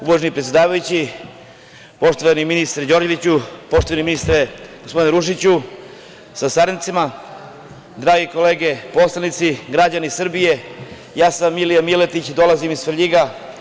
Uvaženi predsedavajući, uvaženi ministre Đorđeviću, poštovani ministre, gospodine Ružiću sa saradnicima, drage kolege poslanici, građani Srbije, ja sam Milija Miletić i dolazim iz Svrljiga.